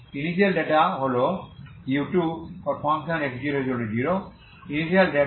initial data হল u2x00 initial data